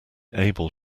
able